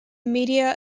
media